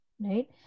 right